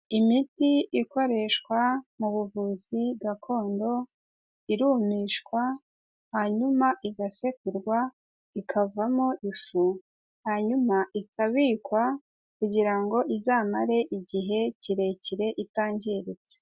Imiti ikoreshwa mu buvuzi gakondo, irumishwa hanyuma igasekurwa, ikavamo ifu, hanyuma ikabikwa kugira ngo izamare igihe kirekire itangiritse.